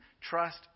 Trust